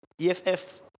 EFF